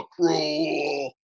cruel